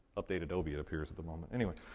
update adobe, it appears, at the moment. anyway.